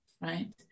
right